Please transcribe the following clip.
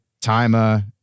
timer